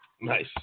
Nice